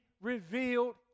revealed